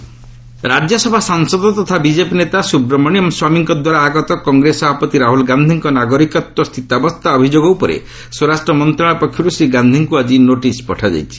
MHA Rahul ସିଟିକେନ୍ସିପ୍ ରାକ୍ୟସଭା ସାଂସଦ ତଥା BJP ନେତା ସୁବ୍ରମଣ୍ୟମ୍ ସ୍ୱାମୀଙ୍କ ଦ୍ୱାରା ଆଗତ କଂଗ୍ରେସ ସଭାପତି ରାହୁଲ ଗାନ୍ଧିଙ୍କ ନାଗରିକତ୍ୱ ସ୍ଥିତାବସ୍ଥା ଅଭିଯୋଗ ଉପରେ ସ୍ୱରାଷ୍ଟ୍ର ମନ୍ତ୍ରଣାଳୟ ପକ୍ଷରୁ ଶ୍ରୀ ଗାନ୍ଧିଙ୍କୁ ଆଜି ନୋଟିସ୍ ପଠାଯାଇଛି